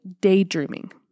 daydreaming